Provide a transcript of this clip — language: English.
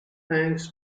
thanks